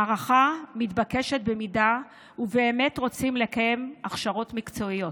ההארכה מתבקשת אם באמת רוצים לקיים הכשרות מקצועיות.